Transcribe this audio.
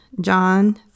John